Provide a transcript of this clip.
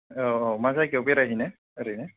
औ औ मा जायगायाव बेराय हैनो ओरैनो